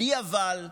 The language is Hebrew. בלי "אבל",